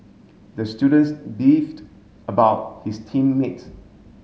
the students beefed about his team mates